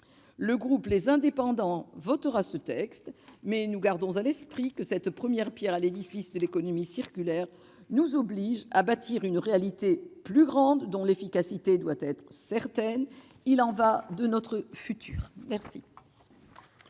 Le groupe Les Indépendants votera ce texte, mais nous gardons à l'esprit que la pose de cette première pierre de l'édifice de l'économie circulaire nous oblige à bâtir un dispositif plus vaste dont l'efficacité doit être certaine. Il y va de notre futur !